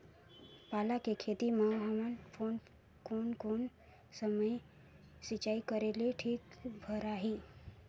पाला के खेती मां हमन कोन कोन समय सिंचाई करेले ठीक भराही?